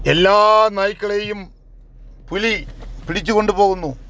എല്ലാ നായ്ക്കളെയും പുലി പിടിച്ചുകൊണ്ട് പോകുന്നു